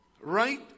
right